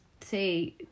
say